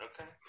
Okay